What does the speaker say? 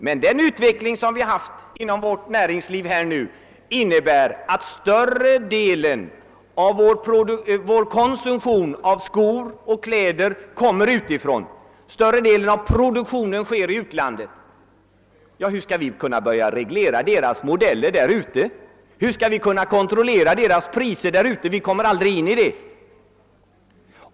Men den utveckling som skett inom vårt näringsliv innebär att större delen av de skor och kläder vi konsumerar produceras i utlandet. Hur skall vi kunna börja reglera modellerna därute? Hur skall vi kunna kontrollera priserna därute? Vi kommer aldrig att kunna göra det.